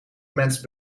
mensen